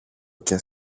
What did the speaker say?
και